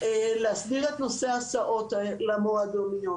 להסדיר את נושא ההסעות למועדוניות.